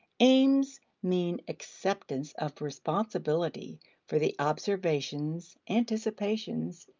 aims mean acceptance of responsibility for the observations, anticipations,